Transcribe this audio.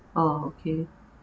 oh okay